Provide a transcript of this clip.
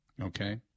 Okay